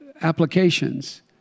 applications